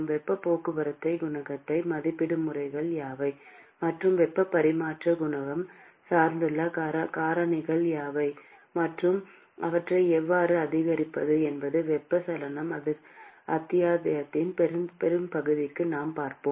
வெப்பப் போக்குவரத்துக் குணகத்தை மதிப்பிடும் முறைகள் யாவை மற்றும் வெப்ப பரிமாற்ற குணகம் சார்ந்துள்ள காரணிகள் யாவை மற்றும் அவற்றை எவ்வாறு அதிகரிப்பது என்பது வெப்பச்சலன அத்தியாயத்தின் பெரும்பகுதிக்கு நாம் பார்ப்போம்